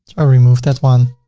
ah remove that one,